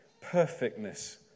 perfectness